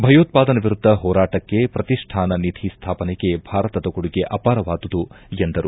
ಭಯೋತ್ಪಾದನೆ ವಿರುದ್ದ ಹೋರಾಟಕ್ಕೆ ಪ್ರತಿಷ್ಠಾನ ನಿಧಿ ಸ್ಥಾಪನೆಗೆ ಭಾರತದ ಕೊಡುಗೆ ಅಪಾರವಾದುದು ಎಂದರು